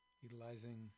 Utilizing